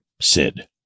Sid